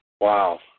Wow